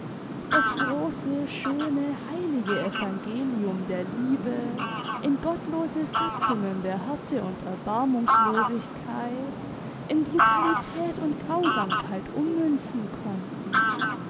das große schöne heilige evangelium der liebe in gottlose satzungen der härte und erbarmungslosigkeit in brutalität und grausamkeit ummünzen konnten